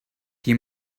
qui